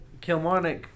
Kilmarnock